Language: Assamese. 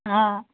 অঁ